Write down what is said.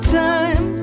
time